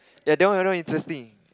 ya that one right now interesting